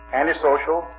antisocial